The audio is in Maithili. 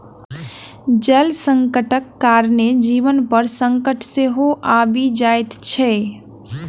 जल संकटक कारणेँ जीवन पर संकट सेहो आबि जाइत छै